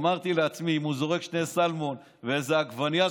אמרתי לעצמי: אם הוא זורק שני סלמון ואיזו עגבנייה,